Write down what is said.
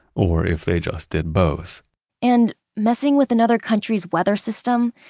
or if they just did both and messing with another country's weather system,